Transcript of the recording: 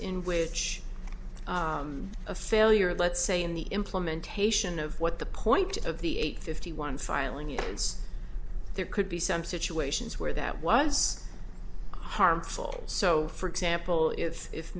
in which a failure of let's say in the implementation of what the point of the eight fifty one filing yes there could be some situations where that was harmful so for example if if